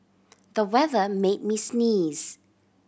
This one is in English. the weather made me sneeze